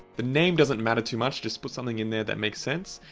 the name doesn't matter too much. just put something in there that makes sense.